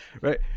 right